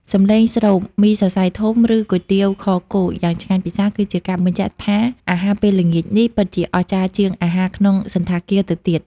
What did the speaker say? សំឡេងស្រូប មីសរសៃធំ ឬ គុយទាវខគោ យ៉ាងឆ្ងាញ់ពិសា គឺជាការបញ្ជាក់ថាអាហារពេលល្ងាចនេះ ពិតជាអស្ចារ្យជាងអាហារក្នុងសណ្ឋាគារទៅទៀត។